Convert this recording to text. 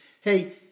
hey